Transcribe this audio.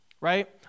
right